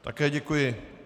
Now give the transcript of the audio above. Také děkuji.